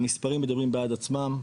המספרים מדברים בעד עצמם,